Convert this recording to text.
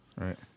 Right